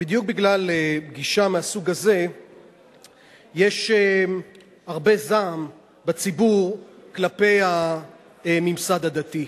בדיוק בגלל גישה מהסוג הזה יש הרבה זעם בציבור כלפי הממסד הדתי.